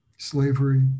slavery